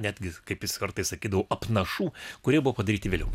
netgi kaip jis kartais sakydavo apnašų kurie buvo padaryti vėliau